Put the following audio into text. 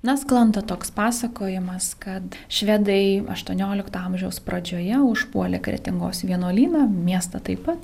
na sklando toks pasakojimas kad švedai aštuoniolikto amžiaus pradžioje užpuolė kretingos vienuolyną miestą taip pat